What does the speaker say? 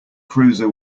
cruiser